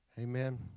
Amen